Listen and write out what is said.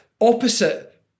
opposite